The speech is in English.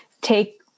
take